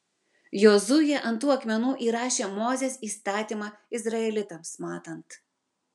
jozuė ant tų akmenų įrašė mozės įstatymą izraelitams matant